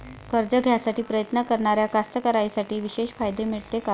कर्ज घ्यासाठी प्रयत्न करणाऱ्या कास्तकाराइसाठी विशेष फायदे मिळते का?